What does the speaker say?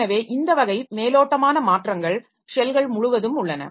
எனவே இந்த வகை மேலோட்டமான மாற்றங்கள் ஷெல்கள் முழுவதும் உள்ளன